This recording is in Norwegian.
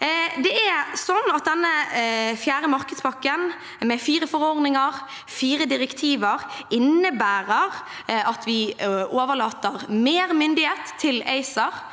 Denne fjerde markedspakken med fire forordninger og fire direktiver innebærer at vi overlater mer myndighet til ACER.